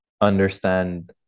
understand